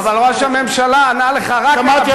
אבל ראש הממשלה ענה לך רק על ה"בכתב" שמעתי,